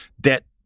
debt